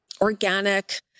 organic